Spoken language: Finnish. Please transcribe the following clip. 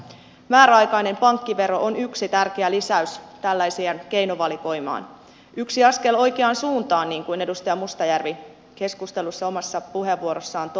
määräaikainen pankkivero on yksi tärkeä lisäys tällaiseen keinovalikoimaan yksi askel oikeaan suuntaan niin kuin edustaja mustajärvi keskustelussa omassa puheenvuorossaan totesi